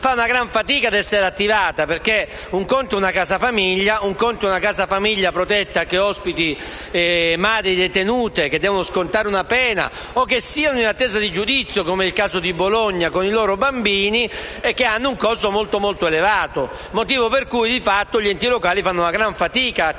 fa una gran fatica ad essere attivata, perché un conto è una normale casa famiglia, altra cosa è una casa famiglia protetta che ospita madri detenute che devono scontare una pena (o che sono in attesa di giudizio, come nel caso di Bologna) con i loro bambini. Una casa famiglia protetta ha un costo molto elevato, motivo per cui, di fatto, gli enti locali fanno una gran fatica ad attivare